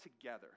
together